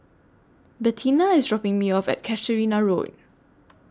Bettina IS dropping Me off At Casuarina Road